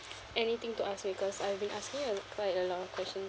anything to ask me because I have been asking a quite a lot of question